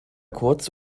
kurz